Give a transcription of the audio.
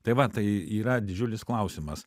tai va tai yra didžiulis klausimas